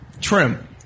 Trim